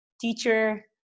teacher